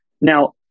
Now